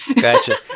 gotcha